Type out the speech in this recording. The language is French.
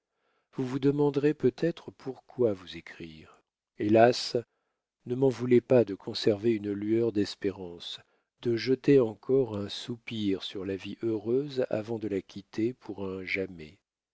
vous vous demanderez peut-être pourquoi vous écrire hélas ne m'en voulez pas de conserver une lueur d'espérance de jeter encore un soupir sur la vie heureuse avant de la quitter pour un jamais